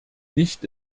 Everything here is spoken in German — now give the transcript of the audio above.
nicht